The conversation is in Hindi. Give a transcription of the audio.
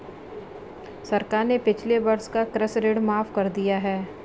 सरकार ने पिछले वर्ष का कृषि ऋण माफ़ कर दिया है